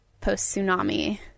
post-tsunami